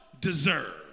deserve